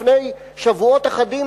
לפני שבועות אחדים,